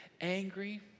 angry